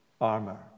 armor